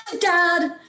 Dad